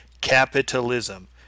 Capitalism